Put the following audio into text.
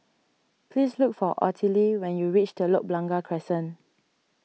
please look for Ottilie when you reach Telok Blangah Crescent